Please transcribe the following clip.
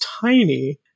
tiny